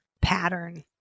pattern